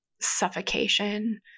suffocation